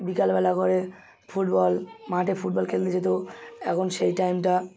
বিকালবেলা করে ফুটবল মাঠে ফুটবল খেলতে যেতো এখন সেই টাইমটা